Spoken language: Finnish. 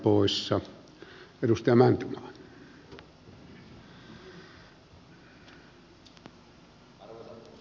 arvoisa herra puhemies